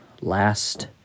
last